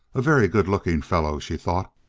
a very good-looking fellow, she thought.